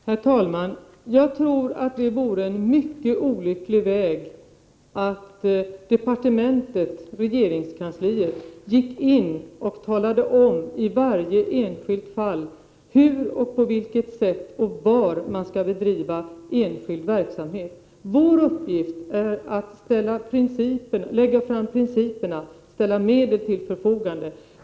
Herr talman! Jag tror att det vore mycket olyckligt om departementet, regeringskansliet, i varje enskilt fall gick in och talade om hur och var man skall bedriva enskild verksamhet. Vår uppgift är att bestämma principerna och ställa medel till förfogande.